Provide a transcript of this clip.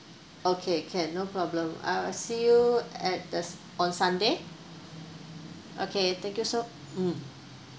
okay can no problem I'll see you at this on sunday okay thank you so mm